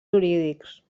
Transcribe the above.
jurídics